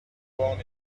born